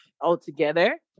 altogether